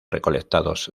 recolectados